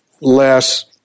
less